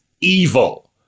evil